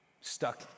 stuck